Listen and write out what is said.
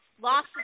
lost